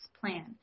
plan